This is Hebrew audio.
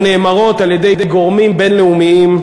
או נאמרות על-ידי גורמים בין-לאומיים.